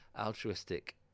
altruistic